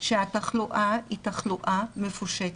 שהתחלואה היא תחלואה מפושטת.